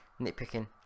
nitpicking